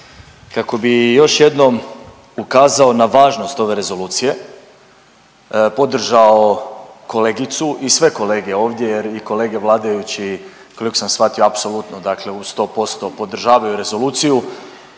kako bi još jednom ukazao na važnost ove rezolucije, podržao kolegicu i sve kolege ovdje jer i kolege vladajući koliko sam shvatio apsolutno dakle u 100% podržavaju Rezoluciju